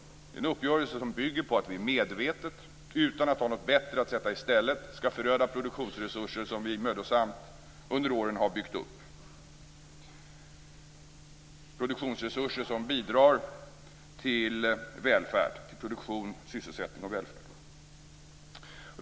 Det är en uppgörelse som bygger på att vi medvetet, utan att ha någonting bättre att sätta i stället, skall föröda produktionsresurser som vi mödosamt under åren har byggt upp - produktionsresurser som bidrar till produktion, sysselsättning och välfärd.